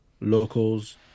Locals